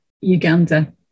Uganda